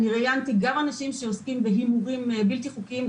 ראיינתי גם אנשים שעוסקים בהימורים בלתי חוקיים,